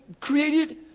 created